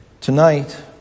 Tonight